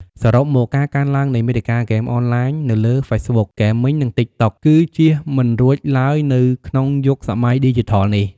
សរុបមក ការកើនឡើងនៃមាតិកាហ្គេមអនឡាញនៅលើ ហ្វេសបុក ហ្គេមីង និង ទីកតុក គឺជៀសមិនរួចឡើយនៅក្នុងយុគសម័យឌីជីថលនេះ។